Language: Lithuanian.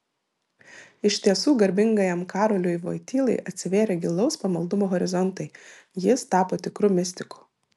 iš tiesų garbingajam karoliui vojtylai atsivėrė gilaus pamaldumo horizontai jis tapo tikru mistiku